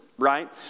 right